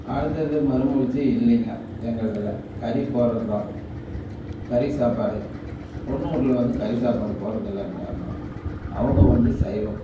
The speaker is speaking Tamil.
அடுத்தது மறுமலிச்சு இல்லைங்க எங்களுதில் கறி போடுறது தான் கறி சாப்பாடு பொண்ணு வீட்ல வந்து கறி சாப்பாடு போடுறது இல்லைன்ட்டாங்கோ அவங்க வந்து சைவம்